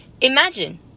Imagine